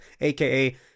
AKA